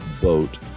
boat